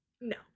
No